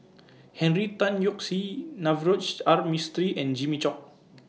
Henry Tan Yoke See Navroji R Mistri and Jimmy Chok